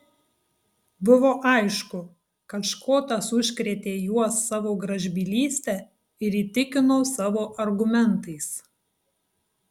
buvo aišku kad škotas užkrėtė juos savo gražbylyste ir įtikino savo argumentais